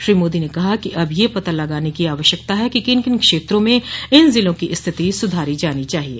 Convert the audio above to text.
श्री मोदी ने कहा कि अब यह पता लगाने की आवश्यकता है कि किन किन क्षेत्रों में इन जिलों की स्थिति सुधारी जानी चाहिए